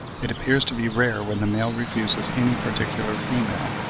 it appears to be rare when the male refuses any particular female,